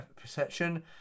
perception